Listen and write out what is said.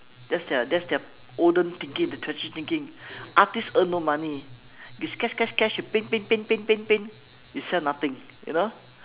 that's their that's their olden thinking their traditional thinking artist earn no money you sketch sketch sketch you paint paint paint paint paint paint you sell nothing you know